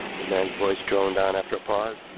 the man's voice droned on after a pause.